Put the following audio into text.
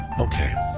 okay